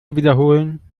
wiederholen